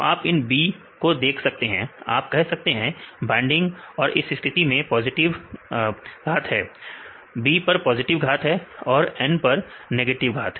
तो आप इन B को देख सकते हैं आप कह सकते हैं बाइंडिंग और इस स्थिति में पॉजिटिव घात है B पर पॉजिटिव घात है और N पर नेगेटिव घात